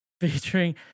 featuring